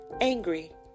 angry